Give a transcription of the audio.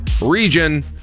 Region